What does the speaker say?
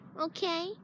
Okay